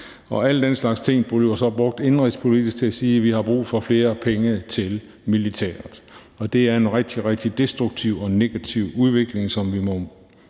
Og alle den slags ting bliver så brugt indenrigspolitisk til at sige: Vi har brug for flere penge til militæret, og det er en rigtig, rigtig destruktiv og negativ udvikling, som vi må